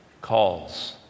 calls